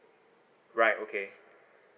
right okay